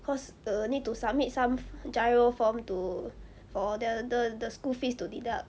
cause err need to submit some giro form to for the the the school fees to deduct